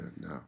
no